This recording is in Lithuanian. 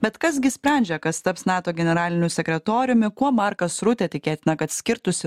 bet kas gi sprendžia kas taps nato generaliniu sekretoriumi kuo markas rutė tikėtina kad skirtųsi